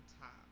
top